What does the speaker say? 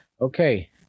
okay